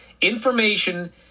information